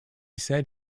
said